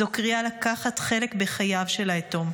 זו קריאה לקחת חלק בחייו של היתום,